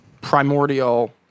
primordial